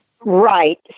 Right